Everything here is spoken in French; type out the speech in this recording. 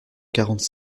quarante